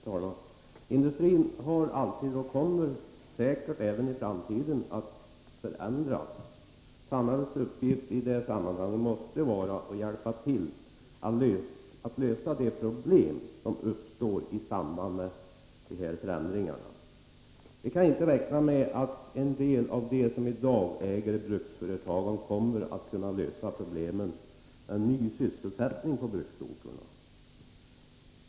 Herr talman! Industrin har alltid förändrats och kommer säkert även i framtiden att förändras. Samhällets uppgift i det sammanhanget måste vara att hjälpa till att lösa de problem som uppstår i samband med dessa förändringar. Vi kan inte räkna med att en del av dem som i dag äger bruksföretagen kommer att kunna lösa problemen med ny sysselsättning på bruksorterna.